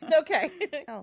Okay